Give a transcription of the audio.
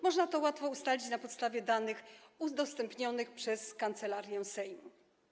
Można to łatwo ustalić na podstawie danych udostępnionych przez Kancelarię Sejmu.